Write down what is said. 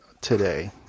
today